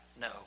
no